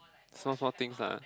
small small things lah